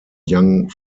young